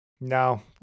no